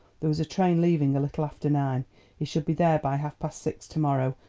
there was a train leaving a little after nine he should be there by half-past six to-morrow.